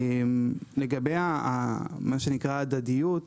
לגבי מה שנקרא הדדיות,